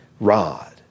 rod